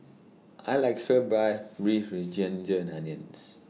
I like Stir Fry Beef with Ginger Onions